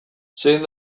zein